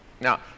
Now